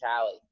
Callie